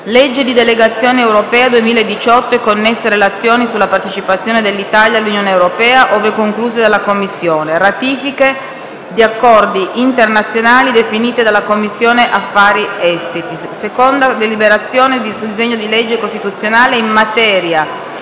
legge di delegazione europea 2018 e connesse relazioni sulla partecipazione dell'Italia all'Unione europea, ove concluse dalla Commissione; ratifiche di accordi internazionali definite dalla Commissione affari esteri; seconda deliberazione sul disegno di legge costituzionale in materia